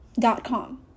dot-com